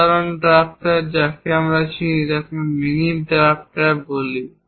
সাধারণ ড্রাফটার যাকে আমরা মিনি ড্রাফটার বলি